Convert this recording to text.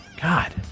God